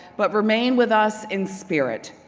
but remain with us in spirit.